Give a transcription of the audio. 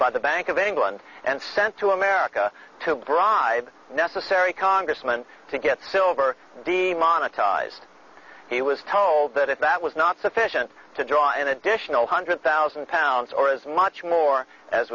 by the bank of england and sent to america to bribe necessary congressman to get silver the monetized he was told that if that was not sufficient to draw an additional hundred thousand pounds or as much more as